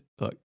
Look